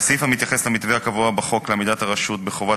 בסעיף המתייחס למתווה הקבוע בחוק לעמידת הרשות בחובת